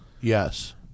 Yes